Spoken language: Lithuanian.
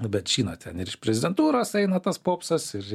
nu bet žinot ten ir iš prezidentūros eina tas popsas ir